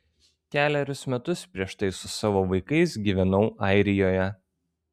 kelerius metus prieš tai su savo vaikais gyvenau airijoje